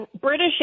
British